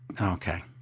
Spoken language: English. okay